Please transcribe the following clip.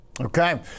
Okay